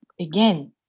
again